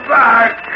back